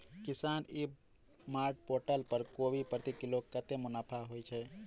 किसान e mart portal पर कोबी प्रति किलो कतै मुनाफा होइ छै?